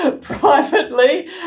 privately